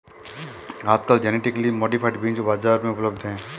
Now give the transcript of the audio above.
आजकल genetically modified बीज बाजार में उपलब्ध है